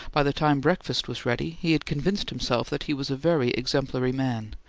by the time breakfast was ready, he had convinced himself that he was a very exemplary man,